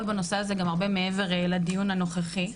בנושא הזה גם הרבה מעבר לדיון הנוכחי.